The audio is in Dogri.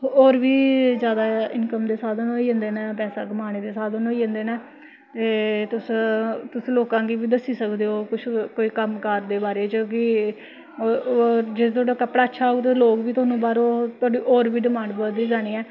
होर बी जादा इनकम दे साधन होई जंदे न पैसा कमाने दे साधन होई जंदे न ते तुस तुस लोकां गी बी दस्सी सकदे ओ कुछ कोई कम्मकाज़ दे बारे च कि होर जे तोआडा कपड़ा अच्छा होग ते लोगबी तोआनू बाह्रों थुआढ़ी होर बी डमांड बधदी जानी ऐ